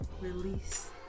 release